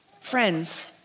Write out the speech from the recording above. Friends